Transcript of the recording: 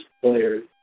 players